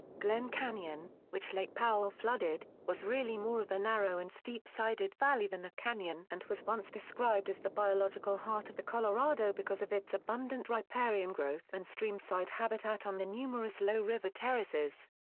glen canyon, which lake powell flooded, was really more of a narrow and steep sided valley than a canyon and was once described as the biological heart of the colorado because of its abundant riparian growth and streamside habitat on the numerous low river terraces.